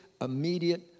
immediate